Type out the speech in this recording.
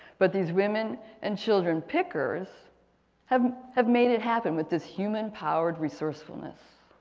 but these women and children picker so have have made it happen with this human powered resourcefulness.